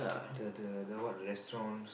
the the the what the restaurant